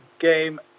game